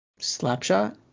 Slapshot